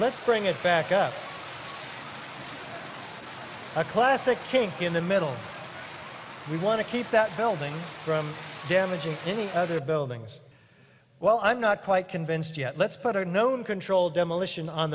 let's bring it back up a classic kink in the middle we want to keep that building from damaging any other buildings well i'm not quite convinced yet let's put our known controlled demolition on